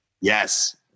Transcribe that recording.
yes